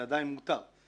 זה עדיין מותר.